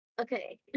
Okay